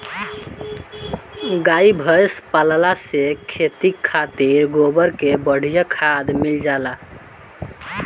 गाई भइस पलला से खेती खातिर गोबर के बढ़िया खाद मिल जाला